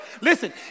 Listen